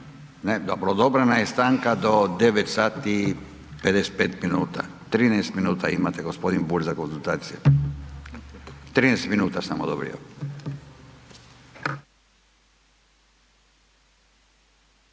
dobro, odobrena je stanka do 9 sati i 55 minuta, 13 minuta imate gospodin Bulj za konzultacije, 13 minuta sam odobrio.